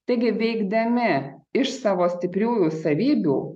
taigi veikdami iš savo stipriųjų savybių